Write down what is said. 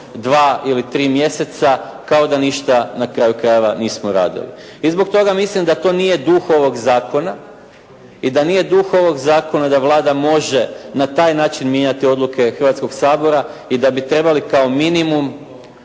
dva ili tri mjeseca kao da ništa na kraju krajeva nismo radili. I zbog toga mislim da to nije duh ovog zakona i da nije duh ovog zakona da Vlada može na taj način mijenjati odluke Hrvatskoga sabora i da bi trebali kao minimum